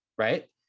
right